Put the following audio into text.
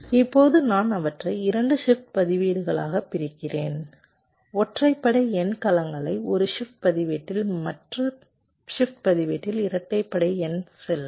இப்போது நான் அவற்றை 2 ஷிப்ட் பதிவேடுகளாகப் பிரித்தேன் ஒற்றைப்படை எண் கலங்களை ஒரு ஷிப்ட் பதிவேட்டில் மற்ற ஷிப்ட் பதிவேட்டில் இரட்டைப்படை எண் செல்கள்